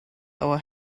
our